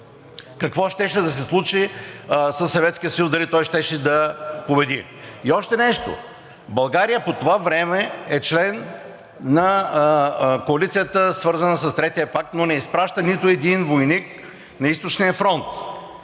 със Съветския съюз, дали той щеше да победи? И още нещо. България по това време е член на коалицията, свързана с Третия пакт, но не изпраща нито един войник на Източния фронт.